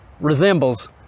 resembles